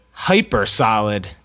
hyper-solid